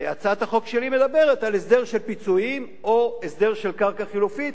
הצעת החוק שלי מדברת על הסדר של פיצויים או הסדר של קרקע חלופית